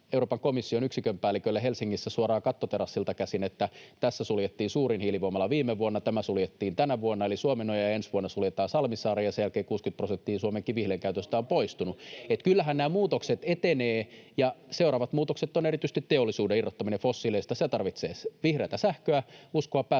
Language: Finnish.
Euroopan komission yksikön päällikölle Helsingissä suoraan kattoterassilta käsin, että tässä suljettiin suurin hiilivoimala viime vuonna, tämä suljettiin tänä vuonna, eli Suomenoja, ja ensi vuonna suljetaan Salmisaari, ja sen jälkeen 60 prosenttia Suomen kivihiilen käytöstä on poistunut. [Hannu Hoskosen välihuuto] Kyllähän nämä muutokset etenevät. Ja seuraavat muutokset ovat erityisesti teollisuuden irrottaminen fossiileista. Se tarvitsee vihreätä sähköä, uskoa